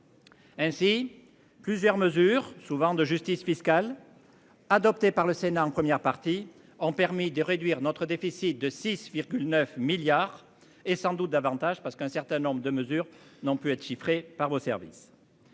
Ainsi, plusieurs mesures souvent de justice fiscale. Adoptée par le Sénat en première partie ont permis de réduire notre déficit de 6 9 milliards et sans doute davantage parce qu'un certain nombre de mesures n'ont pu être chiffrés par vos services.